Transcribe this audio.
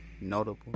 notable